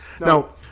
Now